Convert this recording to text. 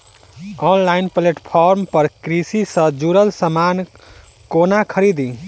Online platform पर कृषि सँ जुड़ल समान कोना खरीदी?